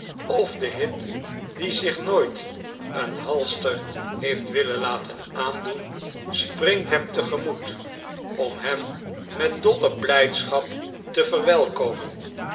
of de hit die zich nooit een halster heeft willen laten aandoen springt hem te gemoet om hem met dolle blijdschap te verwelkomen